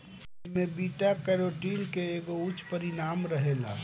एमे beta carotene के एगो उच्च परिमाण रहेला